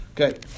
Okay